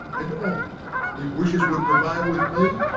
and i if wishes would preuayle with me,